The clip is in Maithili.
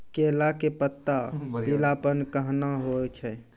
केला के पत्ता पीलापन कहना हो छै?